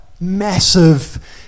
massive